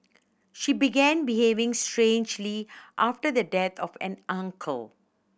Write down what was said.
she began behaving strangely after the death of an uncle